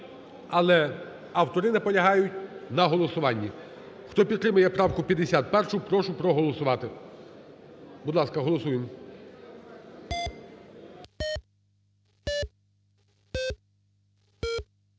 але автори наполягають на голосуванні. Хто підтримує правку 51, прошу проголосувати. Будь ласка, голосуємо.